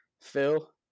Phil